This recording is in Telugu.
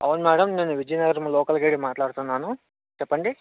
అవును మ్యాడం నేను విజయనగరం లోకల్ గైడ్ మాట్లాడుతున్నాను చెప్పండి